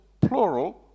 plural